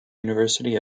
university